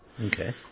Okay